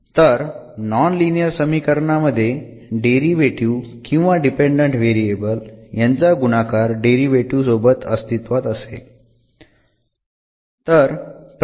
तर non linear समीकरणामध्ये derivative किंवा डिपेंडंट व्हेरिएबल यांचा गुणाकार डेरिव्हेटीव्ह सोबत अस्तित्वात असेल